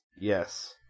Yes